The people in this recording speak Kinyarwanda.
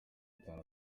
itanu